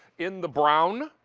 in the brown,